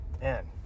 Man